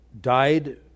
died